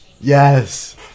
Yes